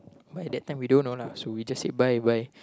by that time we don't know lah so we just said bye bye